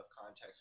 context